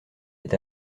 est